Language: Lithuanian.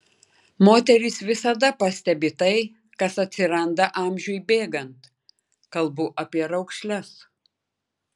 moterys visada pastebi tai kas atsiranda amžiui bėgant kalbu apie raukšles